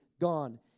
Gone